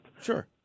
Sure